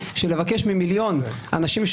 הרגולטורי של לבקש ממיליון אנשים עצמאים,